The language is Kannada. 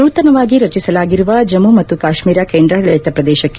ನೂತನವಾಗಿ ರಚಿಸಲಾಗಿರುವ ಜಮ್ಮ ಮತ್ತು ಕಾಶ್ಮೀರ ಕೇಂದ್ರಾಡಳಿತ ಪ್ರದೇಶಕ್ಕೆ